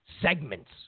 segments